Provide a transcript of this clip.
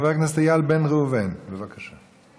חבר הכנסת איל בן ראובן, בבקשה.